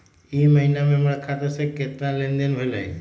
ई महीना में हमर खाता से केतना लेनदेन भेलइ?